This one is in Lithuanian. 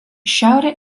šiaurę